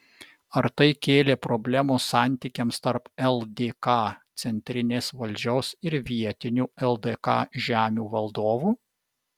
ar tai kėlė problemų santykiams tarp ldk centrinės valdžios ir vietinių ldk žemių valdovų